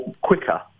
quicker